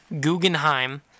Guggenheim